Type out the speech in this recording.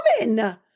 woman